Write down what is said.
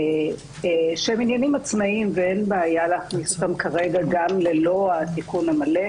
שהם עצמאיים ואין בעיה להכניס אותם כרגע גם ללא התיקון המלא,